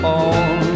on